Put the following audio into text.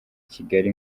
kigali